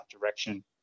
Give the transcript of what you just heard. direction